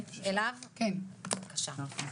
בבקשה.